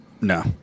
No